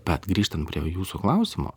bet grįžtant prie jūsų klausimo